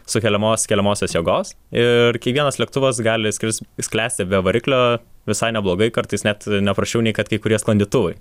sukeliamos keliamosios jėgos ir kiekvienas lėktuvas gali skrist sklęsti be variklio visai neblogai kartais net neprasčiau nei kad kai kurie sklandytuvai